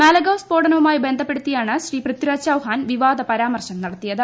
മാലേഗാവ് സ്ഫോടനവുമായി ബന്ധപ്പെടുത്തിയാണ് ശ്രീ പൃഥിരാജ് ചൌഹാൻ വിവാദ പരാമർശ്യാ നടത്തിയത്